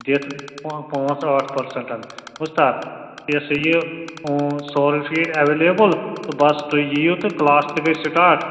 دِتھ پہ پانٛژھ ٲٹھ پٔرسَنٹَن بوٗزتھاہ یہِ ہسا یہِ سورُے چھُ ییٚتہِ ایولیبل تہٕ بَس تُہۍ یِیِو تہٕ کٕلاس تہِ گٔے سِٹاٹ